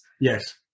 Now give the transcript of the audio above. Yes